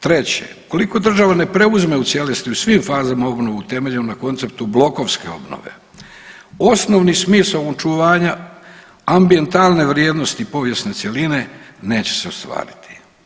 Treće, ukoliko država ne preuzme u cijelosti u svim fazama obnovu temeljen na konceptu blokovske obnove, osnovni smisao očuvanja ambijentalne vrijednosti povijesne cjeline neće se ostvariti.